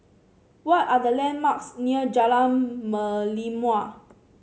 what are the landmarks near Jalan Merlimau